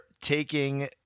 taking